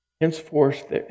Henceforth